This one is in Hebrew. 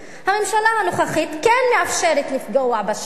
הממשלה הנוכחית כן מאפשרת לפגוע בשבט.